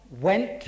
went